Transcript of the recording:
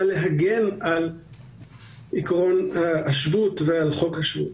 להגן על עקרון השבות ועל חוק השבות.